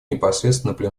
непосредственно